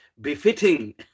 befitting